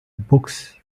books